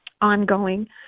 ongoing